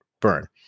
burn